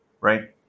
Right